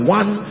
one